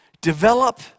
Develop